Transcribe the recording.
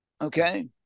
Okay